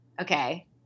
okay